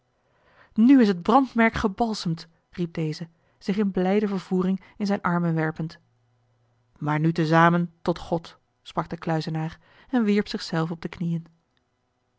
nu is het brandmerk gebalsemd riep deze zich in blijde vervoering in zijne armen werpend maar nu te zamen tot god sprak de kluizenaar en wierp zich zelf op de knieën